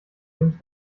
wem´s